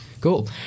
cool